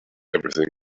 everything